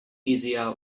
easier